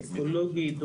אקולוגית,